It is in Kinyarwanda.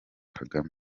kagame